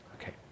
Okay